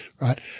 right